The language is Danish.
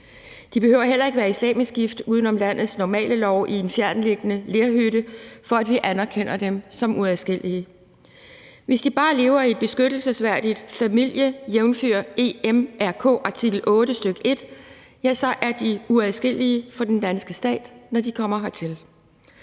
De behøver heller ikke at være islamisk gift uden om landets normale love i en fjerntliggende lerhytte, for at vi anerkender dem som uadskillelige. Hvis de bare lever et beskyttelsesværdigt familieliv, jævnfør den europæiske menneskerettighedskonvention, artikel 8, stk. 1, ja, så er de uadskillelige for den danske stat, når de kommer hertil.